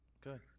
Good